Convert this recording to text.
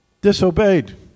disobeyed